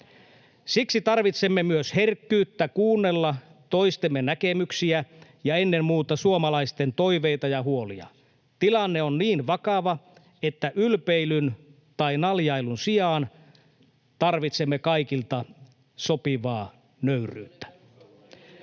Siksi tarvitsemme myös herkkyyttä kuunnella toistemme näkemyksiä ja ennen muuta suomalaisten toiveita ja huolia. Tilanne on niin vakava, että ylpeilyn tai naljailun sijaan tarvitsemme kaikilta sopivaa nöyryyttä.